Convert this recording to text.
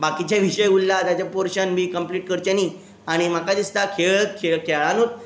बाकीचे विशय उरला ताचें पोर्शन बी कम्प्लीट करचें न्ही आनी म्हाका दिसता खेळ खे खेळानूत